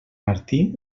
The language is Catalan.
martí